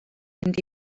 mynd